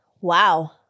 wow